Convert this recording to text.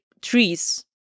trees